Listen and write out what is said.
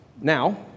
Now